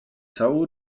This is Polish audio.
całą